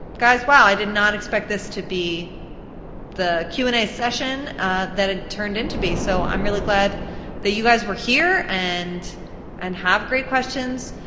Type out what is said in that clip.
guys, wow, i did not expect this to be the q and a session that it turned into be, so i'm really glad that you guys were here and and have great questions.